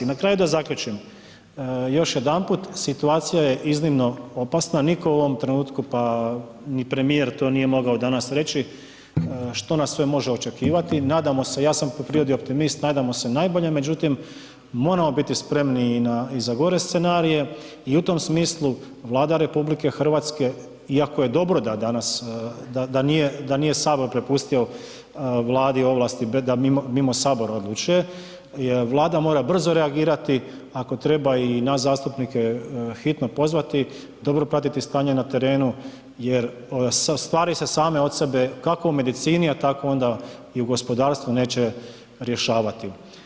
Na kraju da zaključim još jedanput, situacija je iznimno opasna, niko u ovom trenutku pa ni premijer to nije mogao danas reći što nas sve može očekivati, nadamo se, ja sam po prirodi optimist, nadamo se najboljem, međutim moramo biti spremni i za gore scenarije i u tom smislu, Vlada RH iako je dobro da danas, da nije Sabor prepustio Vladi ovlasti da mimo Sabor odlučuje, Vlada mora brzo reagirati, ako treba i nas zastupnike hitno pozvati, dobro pratiti stanje na terenu jer stvari se same od sebe kako u medicini a tako onda i u gospodarstvu neće rješavati.